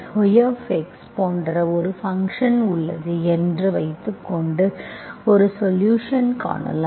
y போன்ற ஒரு function உள்ளது என்று வைத்துகொண்டு ஒரு சொலுஷன்ஸ் காணலாம்